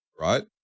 Right